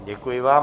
Děkuji vám.